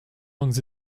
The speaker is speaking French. langues